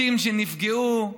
בתים שנפגעו.